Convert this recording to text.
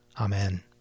Amen